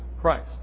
Christ